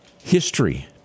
History